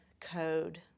code